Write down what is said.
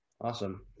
Awesome